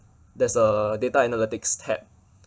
there's a data analytics tab